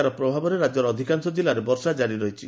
ଏହାର ପ୍ରଭାବରେ ରାକ୍ୟର ଅଧିକାଂଶ ଜିଲ୍ଗରେ ବର୍ଷା ଜାରି ରହିଛି